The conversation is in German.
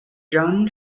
john